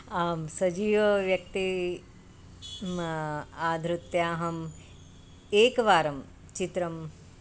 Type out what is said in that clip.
आं सजीवव्यक्तिं आधृत्याहम् एकवारं चित्रम्